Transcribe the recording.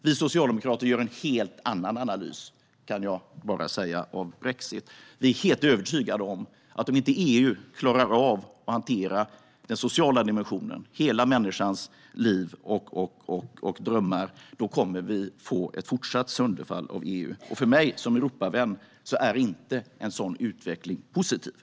Vi socialdemokrater gör en helt annan analys av brexit, kan jag säga. Vi är helt övertygade om att om EU inte klarar av att hantera den sociala dimensionen - människans hela liv och drömmar - kommer vi få ett fortsatt sönderfall av EU. För mig som Europavän är en sådan utveckling inte positiv.